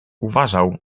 uważał